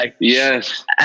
yes